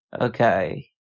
Okay